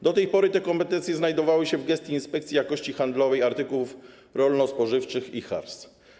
Do tej pory te kompetencje znajdowały się w gestii Inspekcji Jakości Handlowej Artykułów Rolno-Spożywczych, IJHARS.